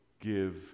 give